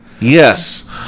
Yes